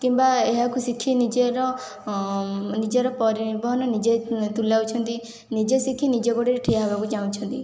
କିମ୍ବା ଏହାକୁ ଶିଖି ନିଜର ନିଜର ପରିବହନ ନିଜେ ତୁଲାଉଛନ୍ତି ନିଜେ ଶିଖି ନିଜ ଗୋଡ଼ରେ ଠିଆ ହେବାକୁ ଚାହୁଁଛନ୍ତି